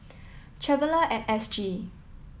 traveller at S G